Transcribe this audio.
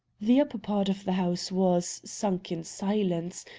the upper part of the house was, sunk in silence,